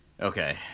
Okay